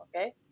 okay